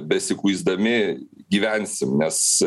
besikuisdami gyvensim nes